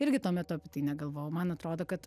irgi tuo metu apie tai negalvojau man atrodo kad